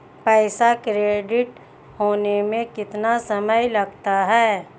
पैसा क्रेडिट होने में कितना समय लगता है?